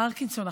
פרקינסון,